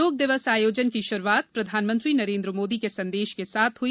योग दिवस आयोजन की शुरूआत प्रधानमंत्री नरेन्द्र मोदी के संदेश के साथ हई